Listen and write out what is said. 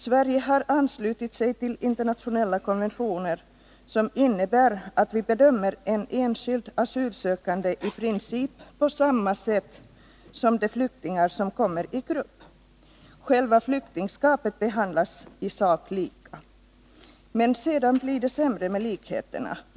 Sverige har anslutit sig till internationella konventioner, som innebär att vi bedömer en enskild asylsökande på i princip samma sätt som vi bedömer flyktingar som kommer i grupp. Själva flyktingskapet behandlas i sak lika. Sedan blir det emellertid sämre med likheterna.